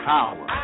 Power